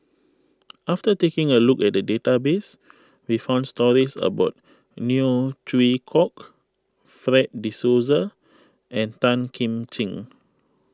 after taking a look at the database we found stories about Neo Chwee Kok Fred De Souza and Tan Kim Ching